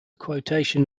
quotation